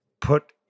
put